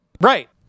Right